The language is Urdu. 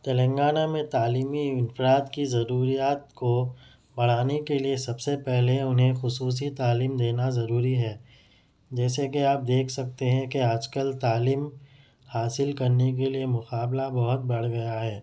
تنگانہ میں تعلیمی انفراد کی ضروریات کو بڑھانے کے لئے سب سے پہلے انہیں خصوصی تعلیم دینا ضروری ہے جیسے کہ آپ دیکھ سکتے ہیں کہ آج کل تعلیم حاصل کرنے کے لئے مقابلہ بہت بڑھ گیا ہے